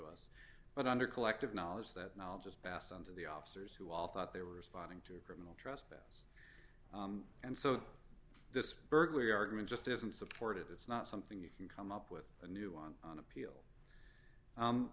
but under collective knowledge that knowledge is passed on to the officers who all thought they were responding to a criminal trespass and so this burglary argument just isn't supported it's not something you can come up with a new one on appeal